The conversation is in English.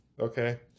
okay